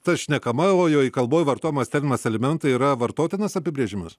tas šnekamojoj kalboj vartojamas terminas alimentai yra vartotinas apibrėžimas